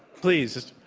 please,